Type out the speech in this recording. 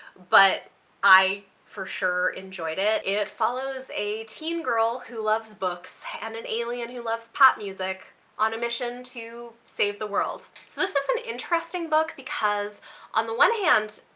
but i for sure enjoyed it. it follows a teen girl who loves books and an alien who loves pop music on a mission to save the world. so this is an interesting book because on the one hand,